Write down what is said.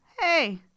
hey